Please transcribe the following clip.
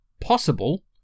possible